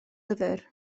lyfr